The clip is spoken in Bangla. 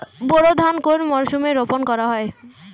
বোরো ধান কোন মরশুমে রোপণ করা হয়?